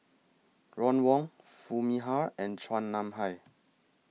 Ron Wong Foo Mee Har and Chua Nam Hai